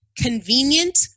convenient